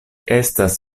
estas